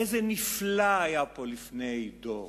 איזה נפלא היה פה לפני דור.